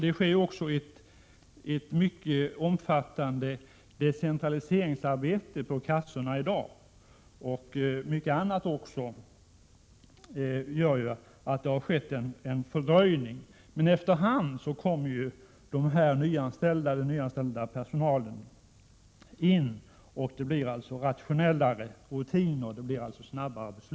Det sker också ett mycket omfattande decentraliseringsarbete vid kassorna. Även andra saker har bidragit till en fördröjning. Efter hand kommer dock den nyanställda personalen att bidra till att rutinerna blir effektivare och besluten kommer snabbare.